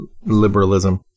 liberalism